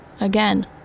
again